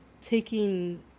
taking